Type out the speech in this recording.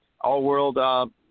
all-world